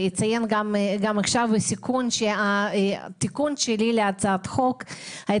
אציין גם עכשיו שהתיקון שלי להצעת החוק היה